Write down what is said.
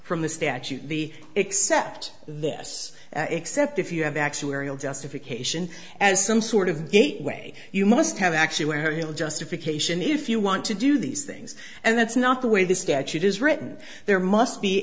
from the statute the except this except if you have actuarial justification as some sort of gateway you must have actually where he'll justification if you want to do these things and that's not the way the statute is written there must be